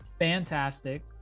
Fantastic